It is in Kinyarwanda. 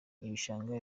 ibishanga